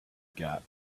gap